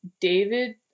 David